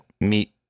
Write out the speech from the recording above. Meet